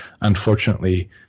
unfortunately